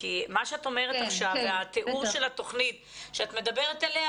כי מה שאת אומרת עכשיו זה התיאור של התוכנית שאת מדברת עליה.